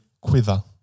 quiver